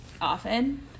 often